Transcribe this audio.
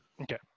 Okay